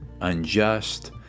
unjust